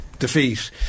Defeat